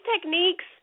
techniques